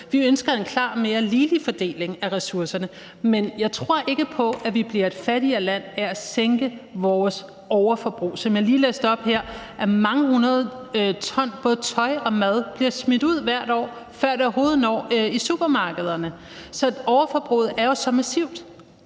Vi ønsker klart en mere ligelig fordeling af ressourcerne. Men jeg tror ikke på, at vi bliver et fattigere land af at sænke vores overforbrug. Som jeg lige læste op her, er der mange hundrede ton af både tøj og mad, der hvert år bliver smidt ud, før det overhovedet når i supermarkederne. Så overforbruget er jo så massivt.